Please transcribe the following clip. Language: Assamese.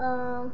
অঁ